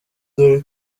dore